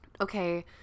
okay